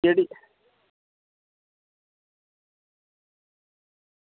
केह्ड़ी